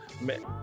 Man